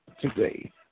today